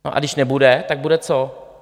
A když nebude, tak bude co?